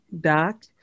doc